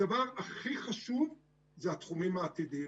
הדבר הכי חשוב הוא התחומים העתידיים.